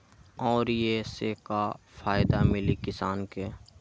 और ये से का फायदा मिली किसान के?